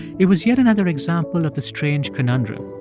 it was yet another example of the strange conundrum.